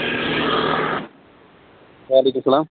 وعلیکُم اسلام